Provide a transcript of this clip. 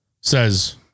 says